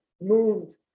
moved